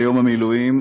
ביום המילואים,